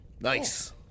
Nice